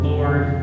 Lord